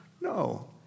no